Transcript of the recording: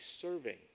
serving